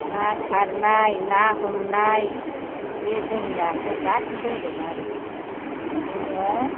ना सारनाय ना हमनाय बे जोंनि आखायाव गासिबो दंजोबो आरो जोङो